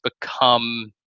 become